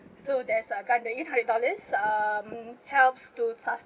so there's a grant the eight hundred dollars um helps to sustain